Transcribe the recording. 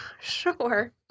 sure